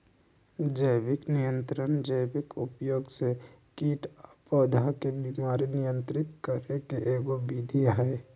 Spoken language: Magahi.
जैविक नियंत्रण जैविक उपयोग से कीट आ पौधा के बीमारी नियंत्रित करे के एगो विधि हई